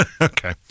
Okay